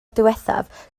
diwethaf